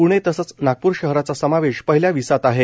पुणे तसंच नागपूर शहराचा समावेश पहिल्या विसात आहे